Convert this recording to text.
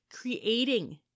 creating